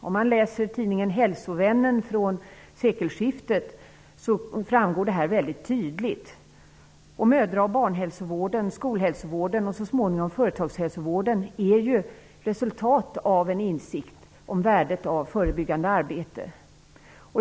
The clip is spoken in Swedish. Om man läser tidningen Hälsovännen från sekelskiftet framgår detta tydligt. Mödra och barnhälsovården, skolhälsovården och så småningom också företagshälsovården är ju resultat av insikten om värdet av förebyggande arbete.